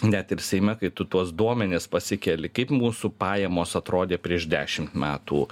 net ir seime kai tu tuos duomenis pasikeli kaip mūsų pajamos atrodė prieš dešimt metų